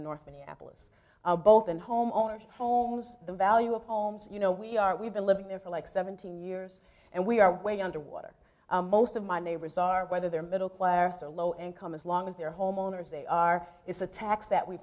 in north minneapolis both in homeowners homes the value of homes you know we are we've been living there for like seventeen years and we are way underwater most of my neighbors are whether they're middle class or low income as long as they're homeowners they are it's a tax that we